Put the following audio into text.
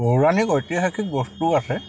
পৌৰাণিক ঐতিহাসিক বস্তুও আছে